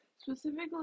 Specifically